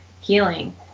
healing